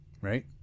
right